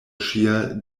ŝia